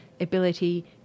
ability